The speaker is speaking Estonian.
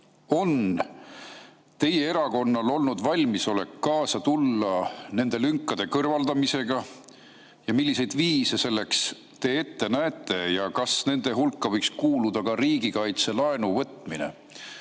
Kas teie erakonnal on valmisolek kaasa tulla nende lünkade kõrvaldamisega? Milliseid viise te selleks ette näete ja kas nende hulka võiks kuuluda ka riigikaitselaenu võtmine?